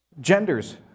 genders